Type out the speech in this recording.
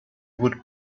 would